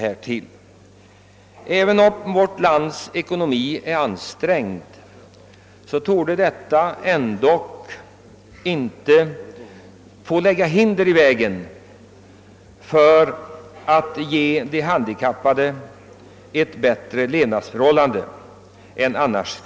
även om vårt lands ekonomi är ansträngd borde detta inte få lägga hinder i vägen för att ge de handikappade bättre levnadsförhållanden.